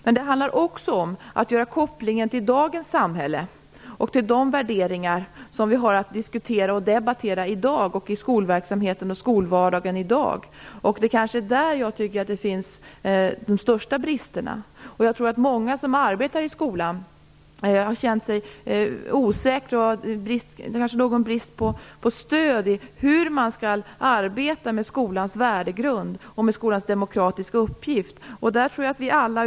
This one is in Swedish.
Men det handlar också om att göra kopplingar till dagens samhälle och till de värderingar som vi har att diskutera och debattera i skolverksamheten och skolvardagen i dag. Det är kanske där som de största bristerna finns. Många som arbetar i skolan har nog känt sig osäkra. Det råder kanske brist på stöd när det gäller hur man skall arbeta med skolans värdegrund och med skolans demokratiska uppgift.